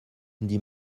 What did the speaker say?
dit